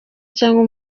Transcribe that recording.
cyangwa